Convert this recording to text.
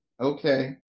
okay